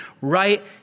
right